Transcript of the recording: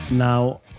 Now